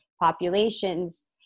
populations